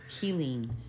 Healing